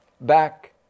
back